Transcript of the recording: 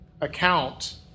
account